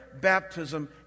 baptism